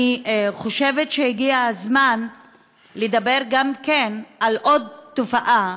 אני גם חושבת שהגיע הזמן לדבר על עוד תופעה.